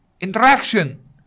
interaction